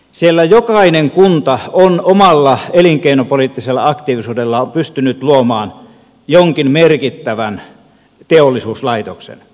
siellä jokainen kunta on omalla elinkeinopoliittisella aktiivisuudellaan pystynyt luomaan jonkin merkittävän teollisuuslaitoksen